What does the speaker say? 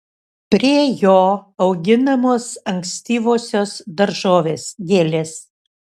prie jo auginamos ankstyvosios daržovės gėlės